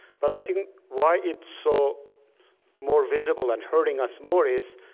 but i think why it's so more visible and hurting us more is,